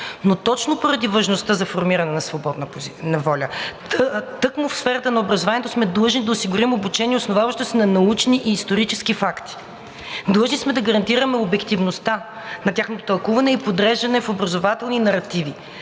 Но точно поради важността за формиране на свободна воля, тъкмо в сферата на образованието сме длъжни да осигурим обучение, основаващо се на научни и исторически факти. Длъжни сме да гарантираме обективността на тяхното тълкуване и подреждане в образователни неративи.